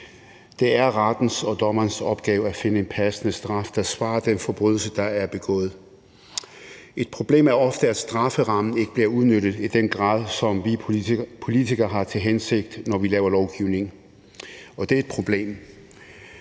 Det er rettens og dommerens opgave at finde en passende straf, der svarer til den forbrydelse, der er begået. Et problem er ofte, at strafferammen ikke bliver udnyttet i den grad, som vi politikere har til hensigt, når vi laver lovgivning. Det er et problem.